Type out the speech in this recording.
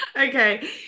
Okay